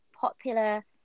popular